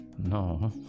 No